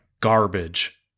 garbage